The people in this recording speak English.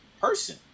person